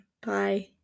Bye